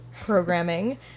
programming